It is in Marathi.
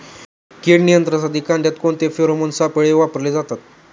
कीड नियंत्रणासाठी कांद्यात कोणते फेरोमोन सापळे वापरले जातात?